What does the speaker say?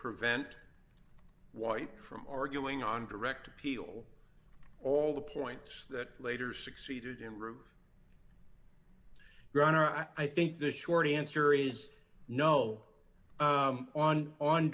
prevent white from arguing on direct appeal all the points that later succeeded in room your honor i think the short answer is no on on